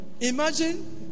Imagine